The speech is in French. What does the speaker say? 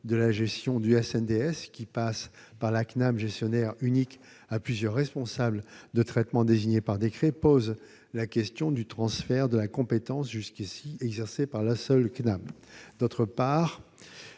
de la gestion du SNDS, qui passe de la CNAM gestionnaire unique à plusieurs responsables de traitement désignés par décret, pose la question du transfert de la compétence jusqu'ici exercée par la seule CNAM. D'autre part,